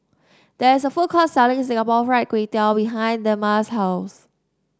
there is a food court selling Singapore Fried Kway Tiao behind Dema's house